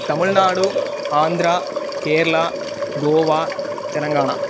Tamil Nadu Andhra Kerala Goa Telangana